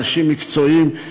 אנשים מקצועיים,